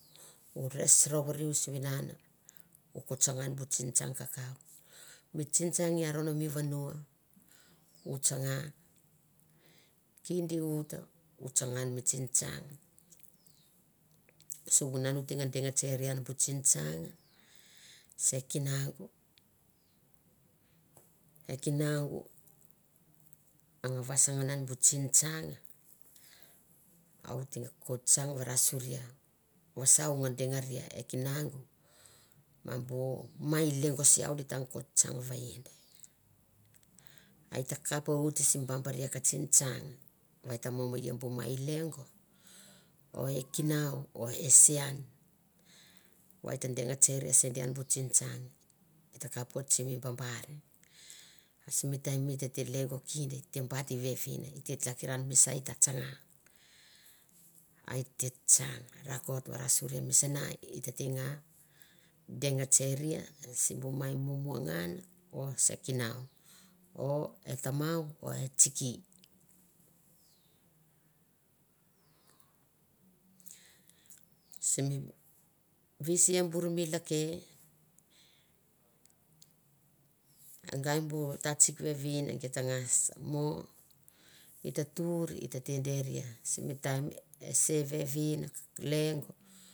U res rouria sivunan o ko tsanga an bu tsingtsang kakaut mi tsingtsang i aron mi vanua, u tsanga, kindi uta u tsanga on mi tsingtsang, sivunan o teng deng tseri an bu tsingtsang, se kinaungu, e kinangu a nga vasangan an bu tsingtsang a oit teng ko tsang varasoria vasa o nga dengaria e kinaung ma bu mai lengo se iau di tang ko tsang vaind. A e takap oit na babaria ka tsingtsang va eta mo me i b mai lengo, o e kinau o e se ian va e ta deng tseri an se di bu tsingtsang, a te tsang rakot varasori misana i tete nga deng tseria simbu mai mumu ngan o se kinau, o e tamau o e tsiki. Simi visi bur mi lake, e ngai bu tatsik vevin, gai ta ngas mo, i ta tuir e tete deria, simi taim e se vevin lengo.